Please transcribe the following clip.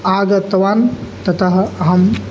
आगतवान् ततः अहं